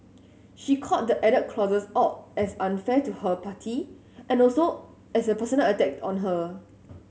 she called the added clauses out as unfair to her party and also as a personal attack on her